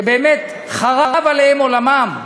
שבאמת חרב עליהם עולמם,